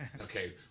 Okay